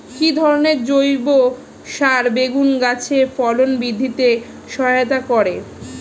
কি ধরনের জৈব সার বেগুন গাছে ফলন বৃদ্ধিতে সহায়তা করে?